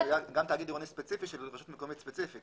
--- גם תאגיד עירוני ספציפי של רשות מקומית ספציפית.